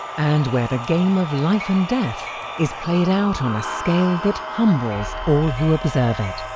and where the game of life and death is played out on a scale that humbles all who observe it.